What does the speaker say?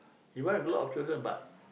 he want a lot of children but